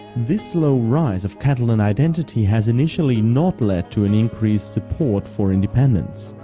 this slow rise of catalan identity has initially not led to an increased support for independence.